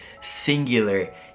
singular